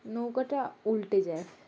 নৌকাটা উল্টে যায়